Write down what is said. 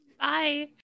Bye